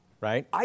right